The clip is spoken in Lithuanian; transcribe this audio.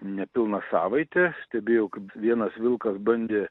nepilną savaitę stebėjau kaip vienas vilkas bandė